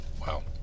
Wow